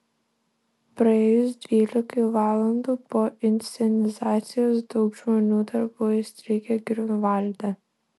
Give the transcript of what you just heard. praėjus dvylikai valandų po inscenizacijos daug žmonių dar buvo įstrigę griunvalde